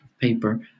paper